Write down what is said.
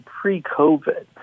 pre-COVID